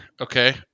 okay